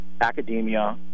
academia